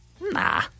Nah